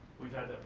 we've had